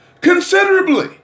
considerably